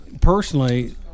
personally